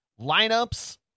lineups